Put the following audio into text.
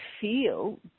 feel